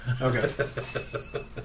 Okay